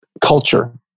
culture